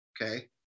okay